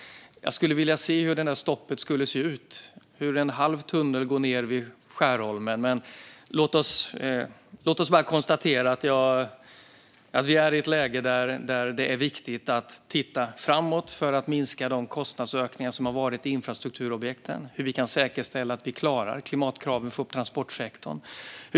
Jag skulle vilja se hur det där stoppet skulle se ut och hur en halv tunnel går ned vid Skärholmen. Låt oss bara konstatera att vi är i ett läge där det är viktigt att titta framåt för att minska de kostnadsökningar som har varit i infrastrukturobjekten. Vi måste se hur vi kan säkerställa att vi klarar klimatkraven för transportsektorn.